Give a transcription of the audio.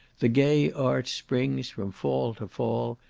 the gay arch springs from fall to fall,